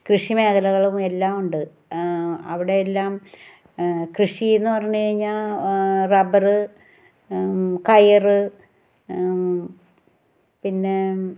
കൃഷി മേഖലകളും എല്ലാം ഉണ്ട് അവിടെ എല്ലാം കൃഷി എന്ന് പറഞ്ഞ് കഴിഞ്ഞാൽ റബ്ബർ കയർ പിന്നെ